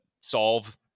solve